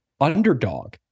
underdog